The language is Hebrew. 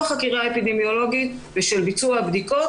החקירה האפידמיולוגית ושל ביצוע הבדיקות,